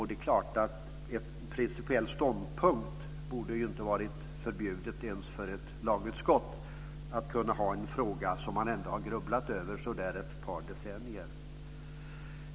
Det är klart att det inte ens för ett lagutskott borde vara förbjudet att ha en principiell ståndpunkt i en fråga som man ändå har grubblat över i ett par decennier.